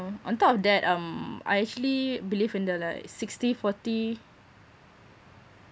on top of that um I actually believe in the like sixty forty